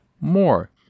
more